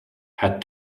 had